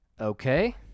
Okay